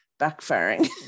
backfiring